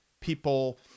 people